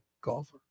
golfer